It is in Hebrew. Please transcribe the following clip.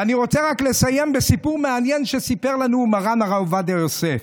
ואני רוצה רק לסיים בסיפור מעניין שסיפר לנו מרן הרב עובדיה יוסף.